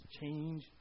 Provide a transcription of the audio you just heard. change